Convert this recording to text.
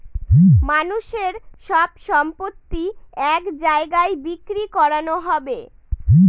মানুষের সব সম্পত্তি এক জায়গায় বিক্রি করানো হবে